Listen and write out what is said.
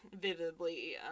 vividly